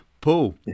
paul